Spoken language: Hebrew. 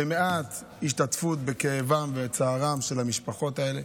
מעט השתתפות בכאבן ובצערן של המשפחות האלה.